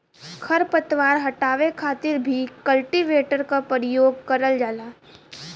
खर पतवार हटावे खातिर भी कल्टीवेटर क परियोग करल जाला